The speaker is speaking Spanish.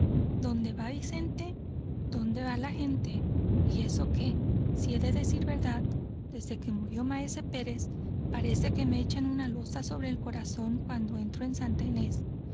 dónde va vicente donde va la gente y eso que si he de decir la verdad desde que murió maese pérez parece que me echan una losa sobre el corazón cuando entro en santa inés